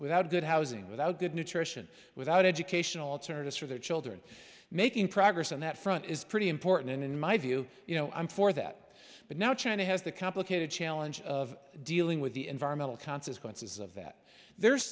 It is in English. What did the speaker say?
without good housing without good nutrition without educational alternatives for their children making progress on that front is pretty important in my view you know i'm for that but now china has the complicated challenge of dealing with the environmental consequences of that there's